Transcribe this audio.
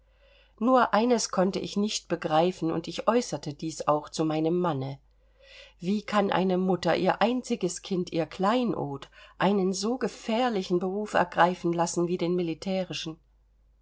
nur eines konnte ich nicht begreifen und ich äußerte dies auch zu meinem manne wie kann eine mutter ihr einziges kind ihr kleinod einen so gefährlichen beruf ergreifen lassen wie den militärischen